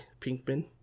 pinkman